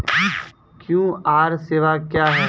QR सेवा क्या हैं?